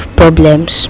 problems